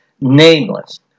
Nameless